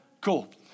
Cool